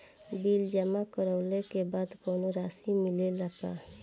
Bill जमा करवले के बाद कौनो रसिद मिले ला का?